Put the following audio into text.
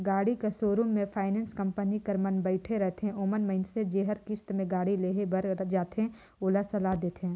गाड़ी कर सोरुम में फाइनेंस कंपनी कर मन बइठे रहथें ओमन मइनसे जेहर किस्त में गाड़ी लेहे बर जाथे ओला सलाह देथे